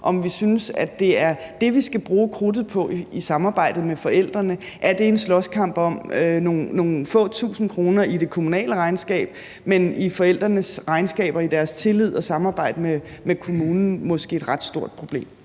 om vi synes, at det, vi skal bruge krudtet på i samarbejdet med forældrene, er en slåskamp om nogle få tusind kroner i det kommunale regnskab, mens det i forældrenes regnskab og tillid og samarbejde med kommunen måske er et ret stort problem.